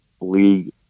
league